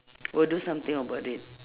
will do something about it